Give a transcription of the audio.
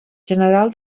general